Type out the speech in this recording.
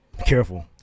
Careful